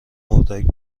اردک